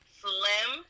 slim